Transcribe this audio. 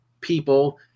people